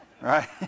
right